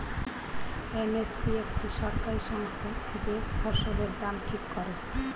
M S P একটি সরকারি সংস্থা যে ফসলের দাম ঠিক করে